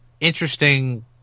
interesting